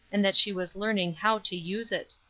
and that she was learning how to use it.